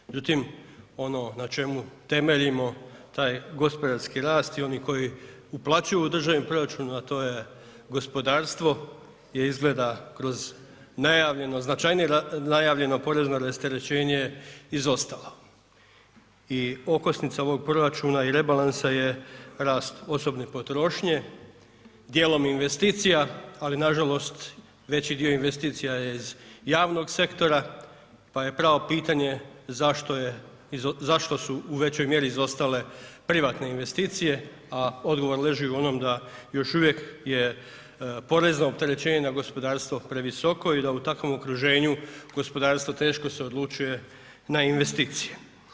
Međutim ono na čemu temeljimo taj gospodarski rast i oni koji uplaćuju u državni proračun, a to je gospodarstvo je izgleda kroz najavljeno, značajnije najavljeno porezno rasterećenje, izostalo i okosnica ovog proračuna i rebalansa je rast osobne potrošnje, djelom investicija ali nažalost veći dio investicija je iz javnog sektora pa je pravo pitanje zašto su u većoj mjeri izostale privatne investicije a odgovor leži u onom da još uvijek je porezne opterećenje na gospodarstvo previsoko i da u takvom okruženju, gospodarstvo teško se odlučuje na investicije.